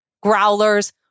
growlers